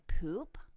poop